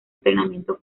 entrenamiento